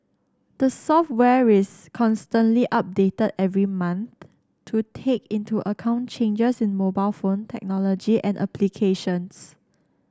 the software is constantly updated every month to take into account changes in mobile phone technology and applications